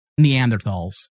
Neanderthals